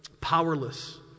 powerless